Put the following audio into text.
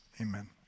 amen